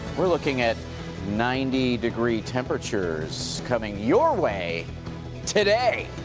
we're looking at ninety degree temperatures coming your way today.